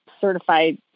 certified